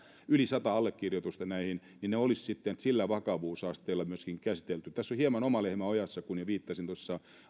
yli sata allekirjoitusta näihin ne sitten sillä vakavuusasteella myöskin käsiteltäisiin tässä on hieman oma lehmä ojassa kuten jo viittasin tuossa